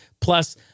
Plus